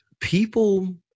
people